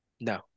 No